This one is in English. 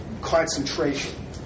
concentration